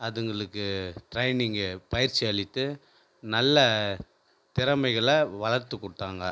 அதுங்களுக்கு ட்ரைனிங்கு பயிற்சி அளித்து நல்ல திறமைகளை வளர்த்து கொட்த்தாங்க